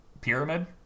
pyramid